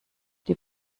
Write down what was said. die